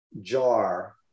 jar